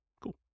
Cool